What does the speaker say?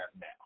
now